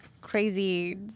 crazy